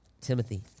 Timothy